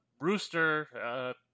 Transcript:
Rooster